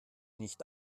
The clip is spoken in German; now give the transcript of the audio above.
nicht